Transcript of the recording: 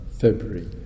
February